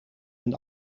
een